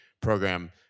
program